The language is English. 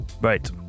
Right